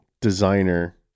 designer